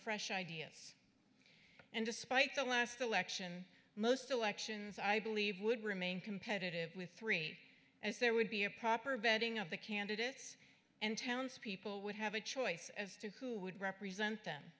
fresh ideas and despite the last election most elections i believe would remain competitive with three as there would be a proper bedding of the candidates and townspeople would have a choice as to who would represent them